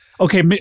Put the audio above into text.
Okay